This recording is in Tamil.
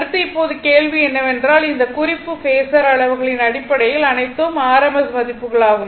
அடுத்து இப்போது கேள்வி என்னவென்றால் அந்த குறிப்பு பேஸர் அளவுகளின் அடிப்படையில் அனைத்தும் rms மதிப்புகள் ஆகும்